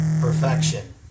perfection